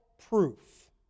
proof